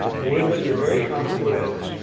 words that you're very comfortable with,